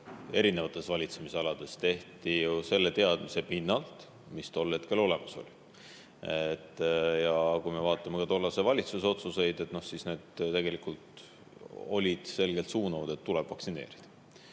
erinevates valitsemisalades tehti ju selle teadmise pinnalt, mis tol hetkel olemas oli. Kui me vaatame ka tollase valitsuse otsuseid, siis näeme, et need olid selgelt suunavad, et tuleb vaktsineerida.